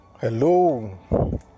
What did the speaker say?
Hello